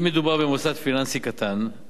אם מדובר במוסד פיננסי קטן,